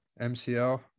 MCL